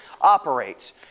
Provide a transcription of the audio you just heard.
operates